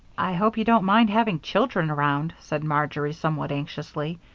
i hope you don't mind having children around, said marjory, somewhat anxiously.